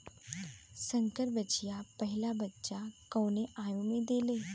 संकर बछिया पहिला बच्चा कवने आयु में देले?